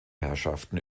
herrschaften